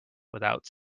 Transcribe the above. without